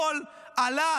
הכול עלה.